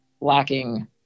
lacking